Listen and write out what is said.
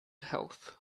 health